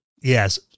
Yes